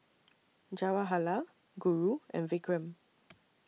Jawaharlal Guru and Vikram